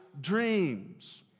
dreams